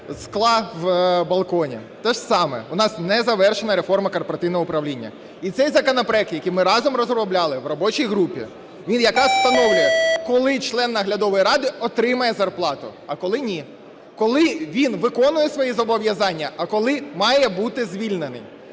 скла в балконі. Те ж саме, у нас не завершена реформа корпоративного управління. І цей законопроект, який ми разом розробляли в робочій групі, він якраз встановлює, коли член наглядової ради отримає зарплату, а коли - ні, коли він виконує свої зобов'язання, а коли має бути звільнений,